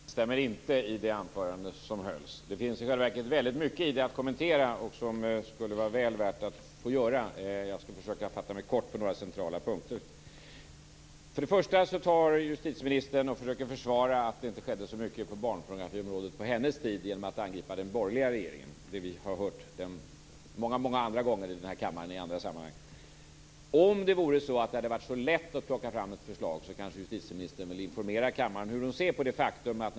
Herr talman! Jag instämmer inte i det anförande som hölls. Det finns i själva verket väldigt mycket i det som vore väl värt att kommentera. Jag skall försöka fatta mig kort på några centrala punkter. Till att börja med försöker justitieministern försvara att det inte skett så mycket på barnpornografins område på hennes tid genom att angripa den borgerliga regeringen. Det är sådant som vi många andra gånger i andra sammanhang fått höra i den här kammaren. Om det hade varit så lätt att plocka fram ett förslag, kanske justitieministern vill informera kammaren hur hon ser på följande faktum.